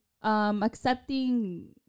accepting